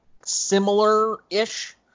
similar-ish